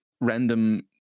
random